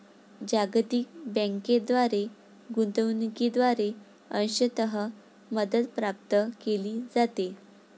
जागतिक बँकेद्वारे गुंतवणूकीद्वारे अंशतः मदत प्राप्त केली जाते